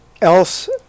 else